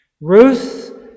Ruth